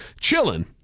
chilling